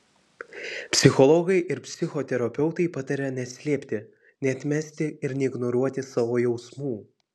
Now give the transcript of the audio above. psichologai ir psichoterapeutai pataria neslėpti neatmesti ir neignoruoti savo jausmų